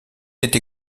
été